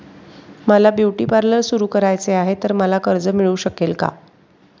मला beauty parlour सुरू करायचे आहे तर मला कर्ज मिळू शकेल का?